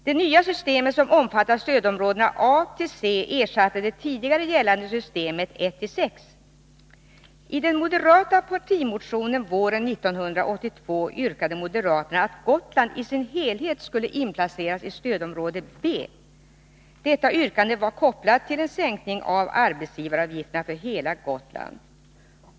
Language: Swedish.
Det nya systemet, som omfattar stödområdena A—C, ersatte det tidigare gällande systemet 1-6. I den moderata partimotionen våren 1982 yrkade moderaterna att Gotland i sin helhet skulle inplaceras i stödområde B. Detta yrkande var kopplat till en sänkning av arbetsgivaravgifterna för bela Gotland.